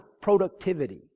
productivity